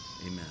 Amen